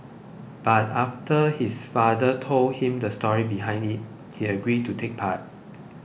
but after his father told him the story behind it he agreed to take part